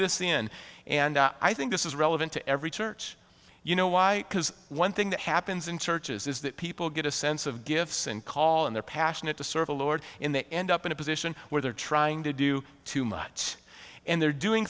this in and i think this is relevant to every church you know why because one thing that happens in churches is that people get a sense of gifts and call and they're passionate to serve the lord in the end up in a position where they're trying to do too much and they're doing